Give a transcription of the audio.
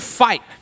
fight